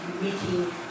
meeting